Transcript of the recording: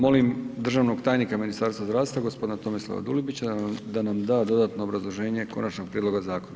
Molim državnog tajnika Ministarstva zdravstva gospodina Tomislava Dulibića da nam da dodatno obrazloženje Konačnog prijedloga Zakona.